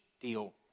deal